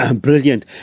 brilliant